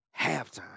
halftime